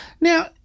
Now